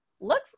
look